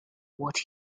what